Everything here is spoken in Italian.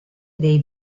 dei